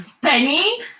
Benny